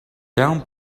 down